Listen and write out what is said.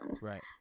right